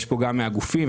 נמצאים כאן הנציגים,